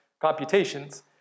computations